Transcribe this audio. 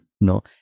no